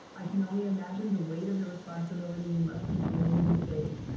i can only imagine the weight of the responsibility you must be feeling these days.